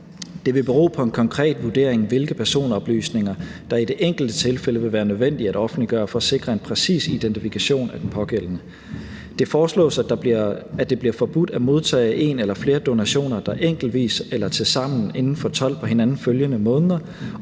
Det vil bero på en konkret vurdering, hvilke personoplysninger der i det enkelte tilfælde vil være nødvendige at offentliggøre for at sikre en præcis identifikation af den pågældende. Det foreslås, at det bliver forbudt at modtage en eller flere donationer, der enkeltvis eller tilsammen inden for 12 på hinanden følgende måneder